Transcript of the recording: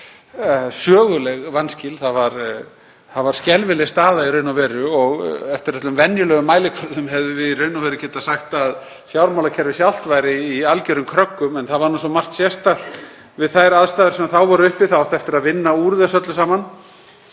söguleg vanskil. Það var skelfileg staða í raun og veru og eftir öllum venjulegum mælikvörðum hefðum við í raun og veru getað sagt að fjármálakerfið sjálft væri í algjörum kröggum. En það var svo margt sérstakt við þær aðstæður sem þá voru uppi. Það átti eftir að vinna úr þessu öllu saman.